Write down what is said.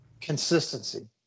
consistency